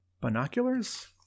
binoculars